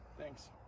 Thanks